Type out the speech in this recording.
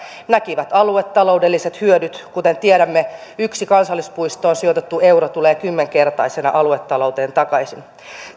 näkivät aluetaloudelliset hyödyt kuten tiedämme yksi kansallispuistoon sijoitettu euro tulee kymmenkertaisena aluetalouteen takaisin